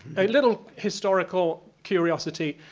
a little historical curiosity.